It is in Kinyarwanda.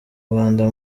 rwanda